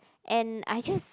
and I just